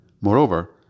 Moreover